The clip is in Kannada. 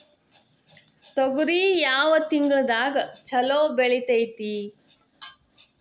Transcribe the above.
ತೊಗರಿ ಯಾವ ತಿಂಗಳದಾಗ ಛಲೋ ಬೆಳಿತೈತಿ?